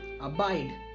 abide